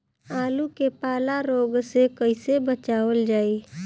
आलू के पाला रोग से कईसे बचावल जाई?